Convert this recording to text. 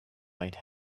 white